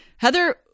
Heather